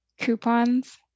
Coupons